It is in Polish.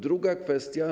Druga kwestia.